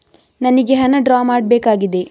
ನನಿಗೆ ಹಣ ಡ್ರಾ ಮಾಡ್ಬೇಕಾಗಿದೆ